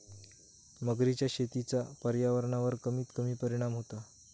मगरीच्या शेतीचा पर्यावरणावर कमीत कमी परिणाम होता